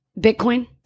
bitcoin